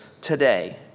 today